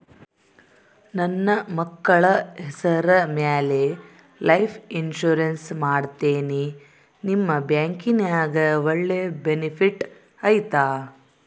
ನನ್ನ ಮಕ್ಕಳ ಹೆಸರ ಮ್ಯಾಲೆ ಲೈಫ್ ಇನ್ಸೂರೆನ್ಸ್ ಮಾಡತೇನಿ ನಿಮ್ಮ ಬ್ಯಾಂಕಿನ್ಯಾಗ ಒಳ್ಳೆ ಬೆನಿಫಿಟ್ ಐತಾ?